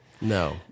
No